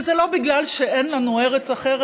וזה לא בגלל שאין לנו ארץ אחרת,